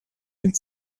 dem